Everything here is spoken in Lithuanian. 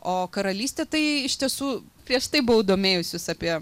o karalystė tai iš tiesų prieš tai buvau domėjusius apie